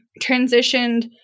transitioned